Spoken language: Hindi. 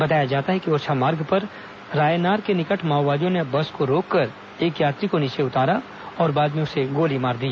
बताया जाता है कि ओरछा मार्ग पर रायनार के निकट माओवादियों ने बस को रोककर एक यात्री को नीचे उतारा और बाद में उसे गोली मार दी